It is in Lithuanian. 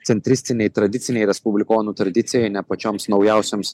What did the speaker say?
centristinei tradicinei respublikonų tradicijai ne pačioms naujausioms